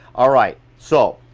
all right, so,